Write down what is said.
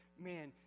man